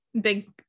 big